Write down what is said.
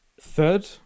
Third